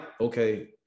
Okay